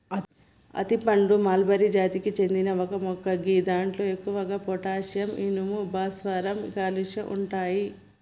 అత్తి పండు మల్బరి జాతికి చెందిన ఒక మొక్క గిదాంట్లో ఎక్కువగా పొటాషియం, ఇనుము, భాస్వరం, కాల్షియం ఉంటయి